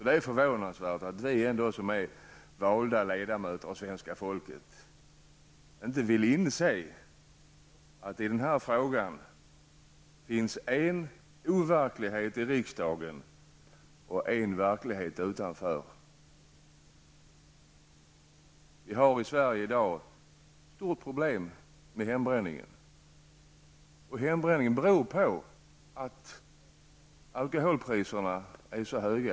Det är förvånansvärt att vi, som ändå är valda ledamöter av svenska folket, inte vill inse att det i den här frågan finns en verklighet i riksdagen och en verklighet utanför. Vi har i Sverige i dag ett stort problem med hembränningen. Och hembränningen beror på att alkoholpriserna är så höga.